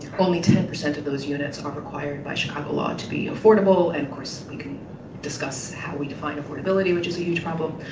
only ten percent of those units are required by chicago law to be affordable. and, of course, we can discuss how we define affordability which is a huge problem.